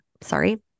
sorry